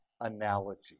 analogy